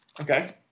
Okay